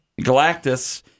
Galactus